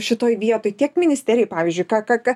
šitoj vietoj tiek ministerijų pavyzdžiui ką ką ką